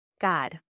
God